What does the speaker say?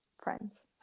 Friends